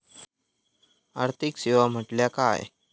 आर्थिक सेवा म्हटल्या काय?